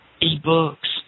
e-books